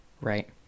right